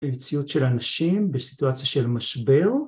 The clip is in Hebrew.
ויציאות של אנשים בסיטואציה של משבר